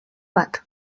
bat